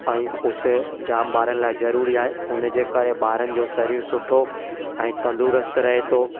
ऐं उस जाम ॿारनि लाइ ज़रूरी आहे उन जे करे ॿारनि जो शरीरु सुठो ऐं तंदुरुस्त रहे थो